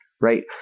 right